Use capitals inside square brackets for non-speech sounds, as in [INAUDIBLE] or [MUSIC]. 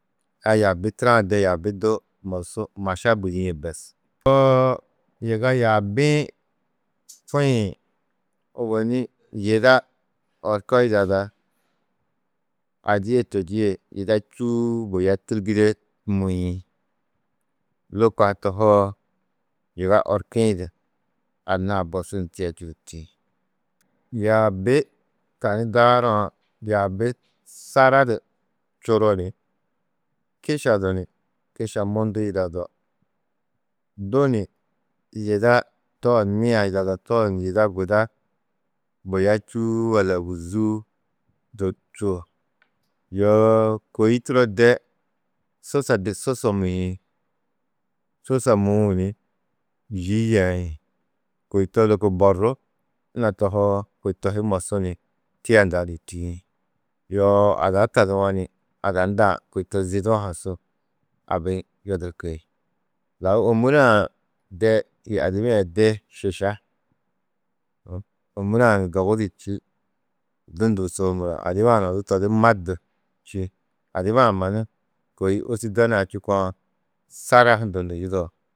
Aya yaabi turo-ã de yaabi du mosu maša budîe bes, [HESITATION] yiga yaabi-ĩ ko-ĩ ôwonni yida orko yidada a di yê to di yê yida čû buya tîrgide mûĩ. Lôko ha tohoo, yiga orki-ĩ du anna-ã bosu ni tia čûduti. Yaabi tani daarã, yaaabi sara du čuro ni kiša du ni kiša mundu yidado, du ni yida tooni yidado tooni yida guda buya čû walla ôguzuu du čûo, yoo kôi turo de susa du susa mûĩ, susa mûu ni yî yeĩ, kôi to lôko borru na tohoo kôi to hi mosu ni tia ndua ni yûtiĩ, yoo ada taduwo ni ada nduã kôi to zidu-ã ho su abi yodurki. Lau ômuree-ã de yê adibaa-ã de šiša. Ômuree-ã ni dogu du čî, du ndûusoo muro adibaa-ã ni to di ma du čî, adibaa-ã mannu kôi ôsurda nuã čûkã sara hundu ni yidao.